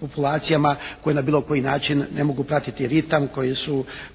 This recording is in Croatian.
populacijama koje na bilo koji način ne mogu pratiti ritam koji su